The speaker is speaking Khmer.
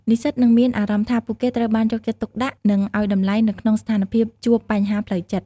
និស្សិតនឹងមានអារម្មណ៍ថាពួកគេត្រូវបានយកចិត្តទុកដាក់និងឱ្យតម្លៃនៅក្នុងស្ថានភាពជួបបញ្ហាផ្លូវចិត្ត។